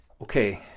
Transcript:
Okay